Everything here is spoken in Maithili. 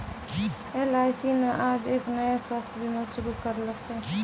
एल.आई.सी न आज एक नया स्वास्थ्य बीमा शुरू करैलकै